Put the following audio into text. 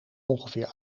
ongeveer